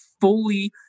fully